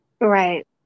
Right